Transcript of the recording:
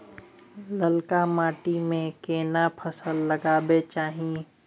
ललका माटी में केना फसल लगाबै चाही?